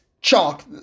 chalk